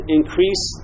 increase